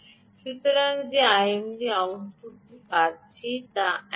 সুতরাং আমি যে আউটপুটটি পাচ্ছি তা 13